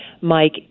Mike